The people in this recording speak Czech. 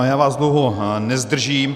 Já vás dlouho nezdržím.